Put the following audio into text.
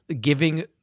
giving